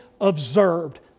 observed